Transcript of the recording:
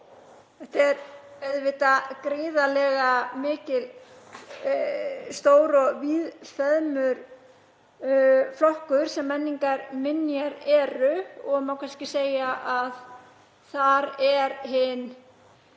Þetta er auðvitað gríðarlega stór og víðfeðmur flokkur sem menningarminjar eru og má kannski segja að þar sé hin